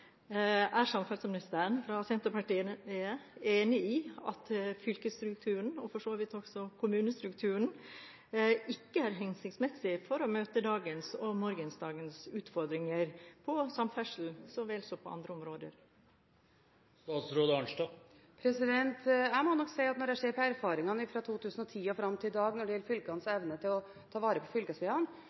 Er samferdselsministeren fra Senterpartiet enig i at fylkesstrukturen, og for så vidt også kommunestrukturen, ikke er hensiktsmessig for å kunne møte dagens og morgensdagens utfordringer innen samferdsel så vel som på andre områder? Jeg må nok si at når jeg ser på erfaringene fra 2010 og fram til i dag når det gjelder fylkenes evne til å ta vare på